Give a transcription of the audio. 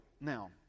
Now